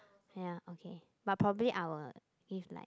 !haiya! okay but probably our is like